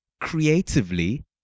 creatively